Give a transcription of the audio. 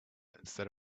instead